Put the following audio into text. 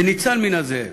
וניצל מן הזאב.